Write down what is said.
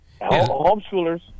Homeschoolers